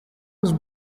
was